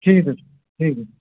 ٹھیٖک حظ ٹھیٖک حظ